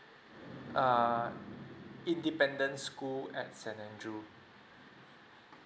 err independent school at saint andrew